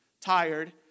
tired